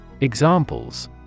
Examples